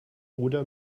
oder